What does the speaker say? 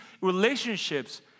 relationships